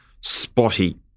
spotty